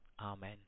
Amen